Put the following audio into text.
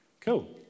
Cool